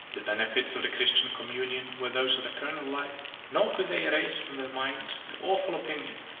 the benefits of the christian communion were those of eternal life nor could they erase from their minds the awful opinion,